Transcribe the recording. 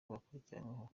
bakurikiranyweho